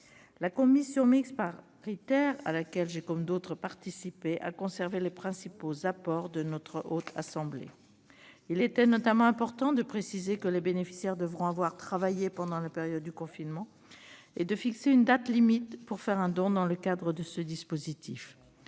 La commission mixte paritaire, à laquelle j'ai participé, a conservé les principaux apports de notre Haute Assemblée. Il était notamment important de préciser que les bénéficiaires devront avoir travaillé pendant la période de confinement et de fixer une date limite pour faire un don dans le cadre de ce dispositif.